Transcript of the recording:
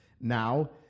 now